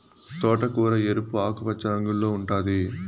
తోటకూర ఎరుపు, ఆకుపచ్చ రంగుల్లో ఉంటాది